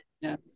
yes